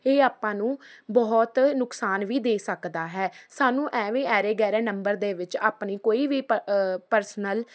ਇਹ ਆਪਾਂ ਨੂੰ ਬਹੁਤ ਨੁਕਸਾਨ ਵੀ ਦੇ ਸਕਦਾ ਹੈ ਸਾਨੂੰ ਐਵੇਂ ਐਰੇ ਗੈਰੇ ਨੰਬਰ ਦੇ ਵਿੱਚ ਆਪਣੀ ਕੋਈ ਵੀ ਪ ਪਰਸਨਲ